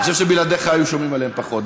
אני חושב שבלעדיך היו שומעים עליהם פחות.